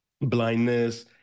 blindness